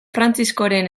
frantziskoren